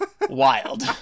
wild